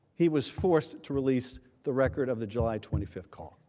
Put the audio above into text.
he was forced to release the record of the july twenty fifth call.